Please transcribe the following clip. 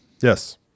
Yes